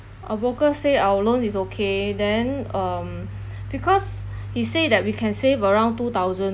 our broker say our loan is okay then um because he say that we can save around two thousand